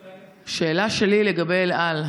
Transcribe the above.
השאלה שלי היא לגבי אל על.